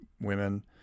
women